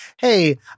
Hey